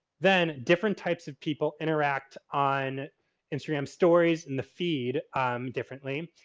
then different types of people interact on instagram stories and the feed um differently.